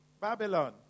Babylon